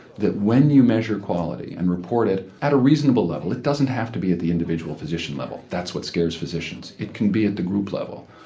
that when you measure quality and report it at a reasonable level, it doesn't have to be at the individual physician level, that's what scares physicians, it can be at the group level.